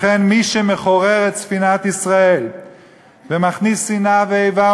לכן מי שמחורר את ספינת ישראל ומכניס שנאה ואיבה